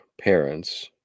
parents